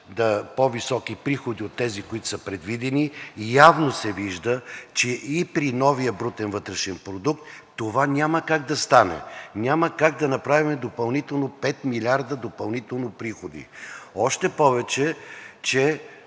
по високи приходи от тези, които са предвидени, явно се вижда, че и при новия брутен вътрешен продукт това няма как да стане, няма как да направим пет милиарда допълнително приходи. Още повече че